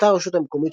באתר הרשת המקומית,